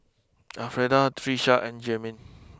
Alfreda Tisha and Jermain